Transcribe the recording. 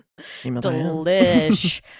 delish